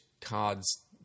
cards